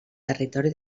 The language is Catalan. territori